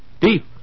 Deep